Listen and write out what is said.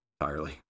entirely